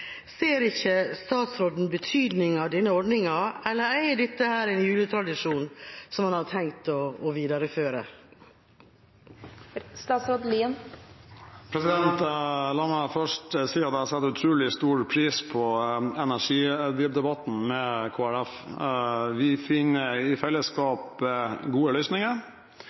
Ser ikke statsråden betydningen av denne ordninga, eller er dette en juletradisjon som en har tenkt å videreføre? La meg først si at jeg setter utrolig stor pris på energidebatten med Kristelig Folkeparti. Vi finner i fellesskap gode løsninger.